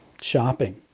shopping